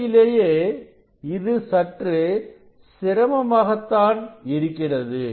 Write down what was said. உண்மையிலேயே இது சற்று சிரமமாகத்தான் இருக்கிறது